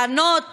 לענות